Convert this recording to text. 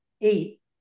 eight